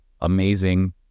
amazing